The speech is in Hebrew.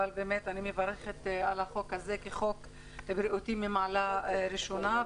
אבל אני מברכת על החוק הזה כחוק בריאותי משמעלה הראשונה.